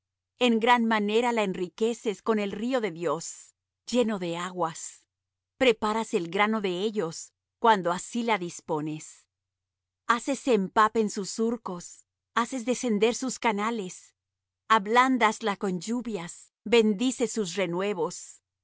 en gran manera la enriqueces con el río de dios lleno de aguas preparas el grano de ellos cuando así la dispones haces se empapen sus surcos haces descender sus canales ablándasla con lluvias bendices sus renuevos